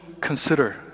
consider